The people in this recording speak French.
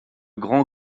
grand